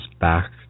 back